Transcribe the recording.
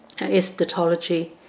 Eschatology